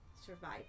survive